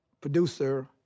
producer